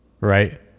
right